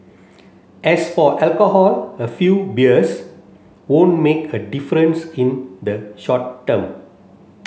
as for alcohol a few beers won't make a difference in the short term